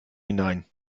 hinein